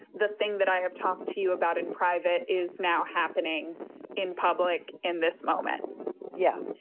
the thing that i have talked to you about in private is now happening in public in this moment yeah.